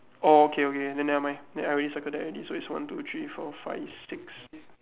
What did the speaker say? orh okay okay then never mind then I already circled that already so is one two three four five six